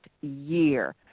year